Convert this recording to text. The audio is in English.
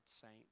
saint